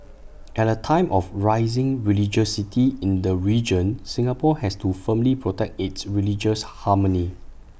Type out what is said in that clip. at A time of rising religiosity in the region Singapore has to firmly protect its religious harmony